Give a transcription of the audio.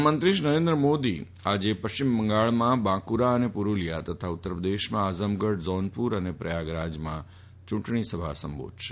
પ્રધાનમંત્રી શ્રી નરેન્દ્ર મોદી આજે પશ્ચિમ બંગાળમાં બાંકુરા અને પુરૂલિયા તથા ઉત્તરપ્રદેશમાં આઝમગઢ જાનપુર અને પ્રયાગરાજમાં ચૂંટણી સભા સંબોધશે